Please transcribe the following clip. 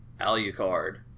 Alucard